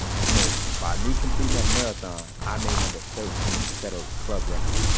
and, so, by me completing that marathon, i made number thirteen and set a club record.